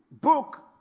book